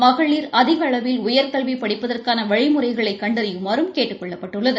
மகளிர் அதிக அளவில் உயர்கல்வி படிப்பதற்கான வழிமுறைகளை கண்டறியுமாறும் கேட்டுக் கொள்ளப்பட்டுள்ளது